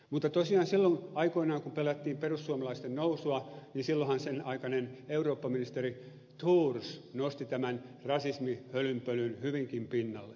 mutta tosiaan silloin aikoinaanhan kun pelättiin perussuomalaisten nousua sen aikainen eurooppaministeri thors nosti tämän rasismihölynpölyn hyvinkin pinnalle